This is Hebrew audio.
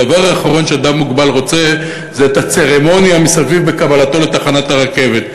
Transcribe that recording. הדבר האחרון שאדם מוגבל רוצה זה את הצרמוניה מסביב בהגעתו לתחנת הרכבת.